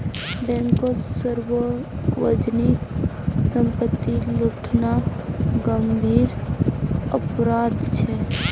बैंककोत सार्वजनीक संपत्ति लूटना गंभीर अपराध छे